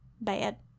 bad